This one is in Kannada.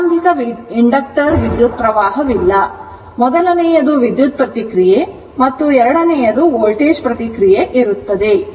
ಆರಂಭಿಕ ಇಂಡಕ್ಟರ್ ವಿದ್ಯುತ್ಪ್ರವಾಹವಿಲ್ಲ ಮೊದಲನೆಯದು ವಿದ್ಯುತ್ ಪ್ರತಿಕ್ರಿಯೆ ಮತ್ತು ಎರಡನೆಯದು ವೋಲ್ಟೇಜ್ ಪ್ರತಿಕ್ರಿಯೆ ಇರುತ್ತದೆ